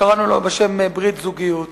קראנו לו בשם ברית זוגיות.